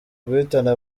guhitana